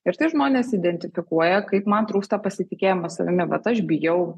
ir tai žmonės identifikuoja kaip man trūksta pasitikėjimo savimi bet aš bijau